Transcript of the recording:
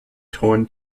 torn